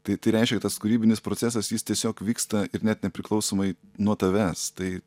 tai tai reiškia kad tas kūrybinis procesas jis tiesiog vyksta ir net nepriklausomai nuo tavęs tai